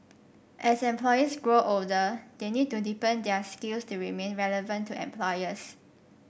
as employees grow older they need to deepen their skills to remain relevant to employers